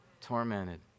Tormented